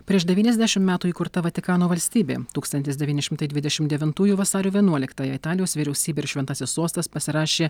prieš devyniasdešim metų įkurta vatikano valstybė tūkstantis devyni šimtai dvidešim devintųjų vasario vienuoliktąją italijos vyriausybė ir šventasis sostas pasirašė